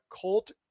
cult